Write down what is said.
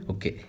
Okay